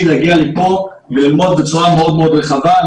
להגיע לפה וללמוד בצורה מאוד מאוד רחבה.